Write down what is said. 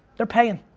they're paying.